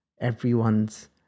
everyone's